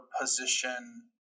position